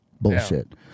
bullshit